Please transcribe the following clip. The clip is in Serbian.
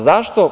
Zašto?